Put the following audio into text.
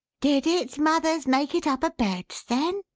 did its mothers make it up a beds then!